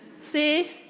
See